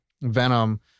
Venom